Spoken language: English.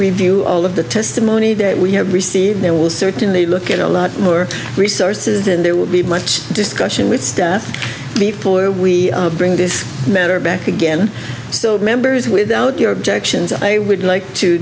review all of the testimony that we have received they will certainly look at a lot more resources and there will be much discussion with staff before we bring this matter back again members without your objections they would like to